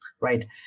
right